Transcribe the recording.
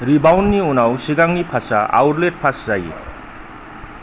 रिबाउन्डनि उनाव सिगांनि पासआ आउटलेट पास जायो